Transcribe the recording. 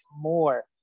more